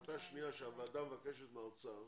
החלטה שנייה הוועדה מבקשת מהאוצר